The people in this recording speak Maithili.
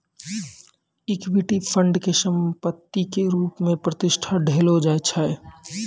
इक्विटी फंड के संपत्ति के रुप मे प्रतिष्ठा देलो जाय छै